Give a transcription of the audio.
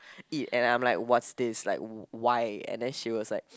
eat and I'm like what's this like why and then she was like